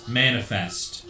manifest